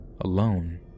alone